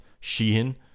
Sheehan